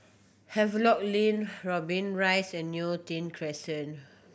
Havelock Link Dobbie Rise and Neo Tiew Crescent